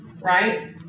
right